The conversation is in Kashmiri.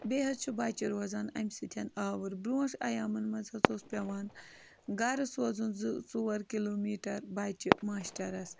بیٚیہِ حظ چھِ بَچہِ روزان امہِ سۭتۍ آوُر برونٛہہ اوس عیامَن منٛز حظ اوس پٮ۪وان گَرٕ سوزُن زٕ ژور کِلوٗ میٖٹَر بَچہِ ماشٹَرس